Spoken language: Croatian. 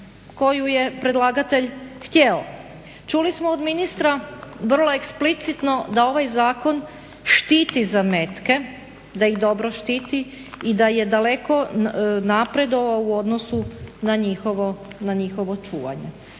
koju je predlagatelj htio. Čuli smo od ministra vrlo eksplicitno da ovaj zakon štiti zametke, da ih dobro štiti i da je daleko napredovao u odnosu na njihovo čuvanje.